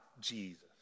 Jesus